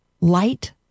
Light